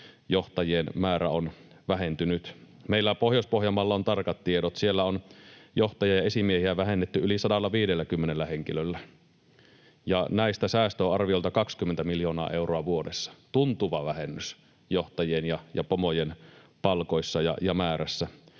johtajien määrä on vähentynyt. Meillä Pohjois-Pohjanmaalla on tarkat tiedot: siellä on johtajia ja esimiehiä vähennetty yli 150 henkilöllä, ja näistä säästö on arviolta 20 miljoonaa euroa vuodessa — tuntuva vähennys johtajien ja pomojen palkoissa ja määrässä.